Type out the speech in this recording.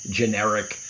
generic